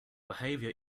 behavior